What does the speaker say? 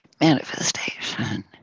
manifestation